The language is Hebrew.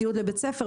ציוד לבית ספר,